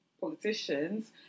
politicians